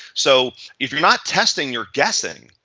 so if you're not testing, you're guessing,